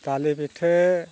ᱛᱟᱞᱮ ᱯᱤᱴᱷᱟᱹ